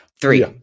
three